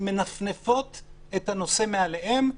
מנפנפות את הנושא מעליהן,